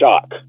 shock